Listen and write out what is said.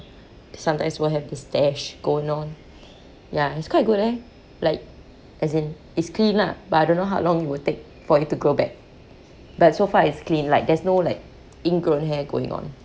sometimes we'll have this stache going on ya it's quite good eh like as in it's clean lah but I don't know how long it will take for it to grow back but so far it's clean like there's no like ingrown hair going on